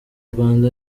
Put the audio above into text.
rwanda